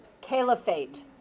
Caliphate